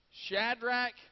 Shadrach